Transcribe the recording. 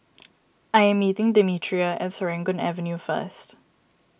I am meeting Demetria at Serangoon Avenue first